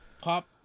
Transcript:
pop